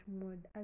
mode